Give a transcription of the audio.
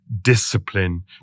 discipline